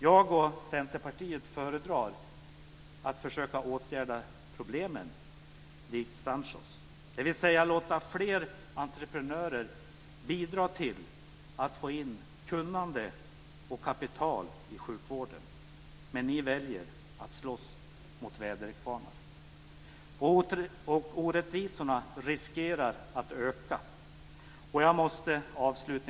Jag och Centerpartiet föredrar att försöka åtgärda problemen, likt Sancho. Vi vill alltså låta fler entreprenörer bidra till att få in kunnande och kapital i sjukvården. Men ni väljer att slåss mot väderkvarnar - och orättvisorna riskerar att öka.